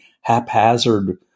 haphazard